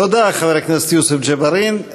תודה, חבר הכנסת יוסף ג'בארין.